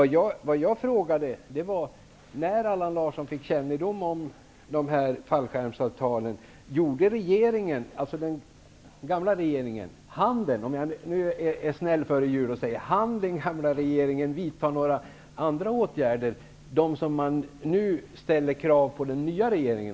Men jag undrade: När Allan Larsson fick kännedom om fallskärmsavtalen, hann då den gamla regeringen vidta några andra åtgärder, åtgärder av den typ som man nu efterlyser från den nya regeringen?